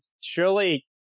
surely